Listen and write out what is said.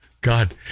God